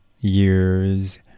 years